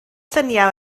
lluniau